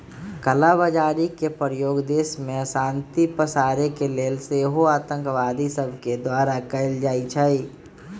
कला बजारी के प्रयोग देश में अशांति पसारे के लेल सेहो आतंकवादि सभके द्वारा कएल जाइ छइ